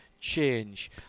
change